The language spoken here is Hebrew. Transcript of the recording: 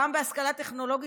גם בהשכלה טכנולוגית,